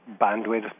bandwidth